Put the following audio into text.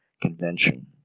Convention